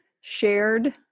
shared